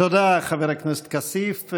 תודה, חבר הכנסת כסיף.